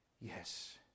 yes